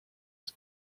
his